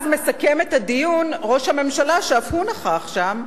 אז מסכם את הדיון ראש הממשלה, שאף הוא נכח שם,